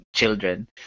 children